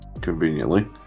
conveniently